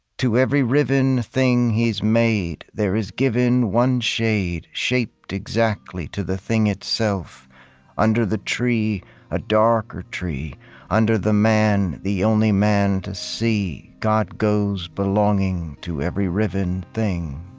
to every riven thing he's made there is given one shade shaped exactly to the thing itself under the tree a darker tree under the man the only man to see god goes belonging to every riven thing.